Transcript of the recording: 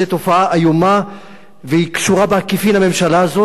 זו תופעה איומה והיא קשורה בעקיפין לממשלה הזאת,